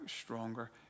stronger